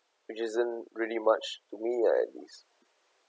which isn't really much to me ah at least